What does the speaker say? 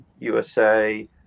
USA